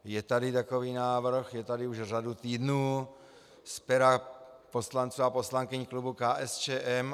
Je tady takový návrh, je tady už řadu týdnů z pera poslanců a poslankyň klubu KSČM.